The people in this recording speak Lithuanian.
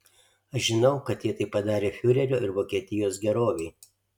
aš žinau kad jie tai padarė fiurerio ir vokietijos gerovei